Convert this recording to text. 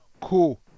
Cool